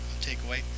takeaway